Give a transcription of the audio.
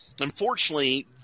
Unfortunately